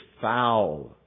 foul